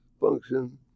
function